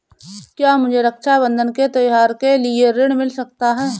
क्या मुझे रक्षाबंधन के त्योहार के लिए ऋण मिल सकता है?